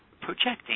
projecting